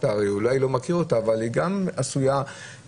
שאתה אולי לא מכיר אותה אבל היא גם עשויה ככה?